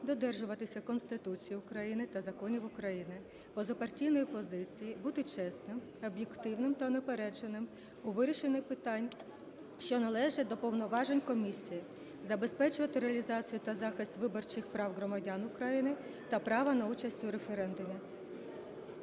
додержуватися Конституції та законів України, позапартійної позиції, бути чесним, об'єктивним та неупередженим у вирішенні питань, що належать до повноважень комісії, забезпечувати реалізацію і захист виборчих прав громадян та права на участь у референдумі.